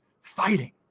fighting